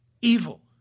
evil